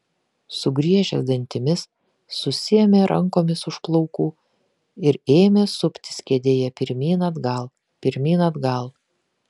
sugriežęs dantimis susiėmė rankomis už plaukų ir ėmė suptis kėdėje pirmyn atgal pirmyn atgal